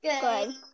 Good